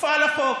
הופעל החוק.